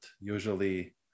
usually